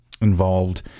involved